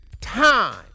time